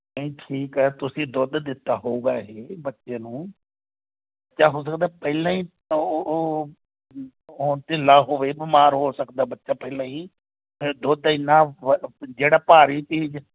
ਨਹੀਂ ਠੀਕ ਆ ਤੁਸੀਂ ਦੁੱਧ ਦਿੱਤਾ ਹੋਵੇਗਾ ਇਹ ਬੱਚੇ ਨੂੰ ਜਾਂ ਹੋ ਸਕਦਾ ਪਹਿਲਾਂ ਹੀ ਉਹ ਬਹੁਤ ਢਿੱਲਾ ਹੋਵੇ ਬਿਮਾਰ ਹੋ ਸਕਦਾ ਬੱਚਾ ਪਹਿਲਾਂ ਹੀ ਇ ਦੁੱਧ ਇੰਨਾ ਜਿਹੜਾ ਭਾਰੀ ਚੀਜ਼